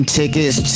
tickets